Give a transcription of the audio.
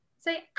say